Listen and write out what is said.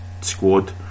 squad